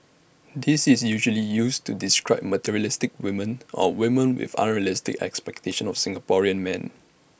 this is usually used to describe materialistic women or women with unrealistic expectations of Singaporean men